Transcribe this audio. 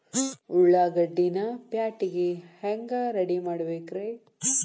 ಉಳ್ಳಾಗಡ್ಡಿನ ಪ್ಯಾಟಿಗೆ ಹ್ಯಾಂಗ ರೆಡಿಮಾಡಬೇಕ್ರೇ?